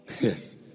Yes